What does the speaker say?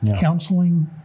counseling